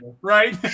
right